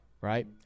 right